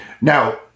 Now